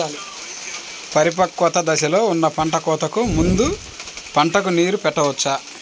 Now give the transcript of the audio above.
పరిపక్వత దశలో ఉన్న పంట కోతకు ముందు పంటకు నీరు పెట్టవచ్చా?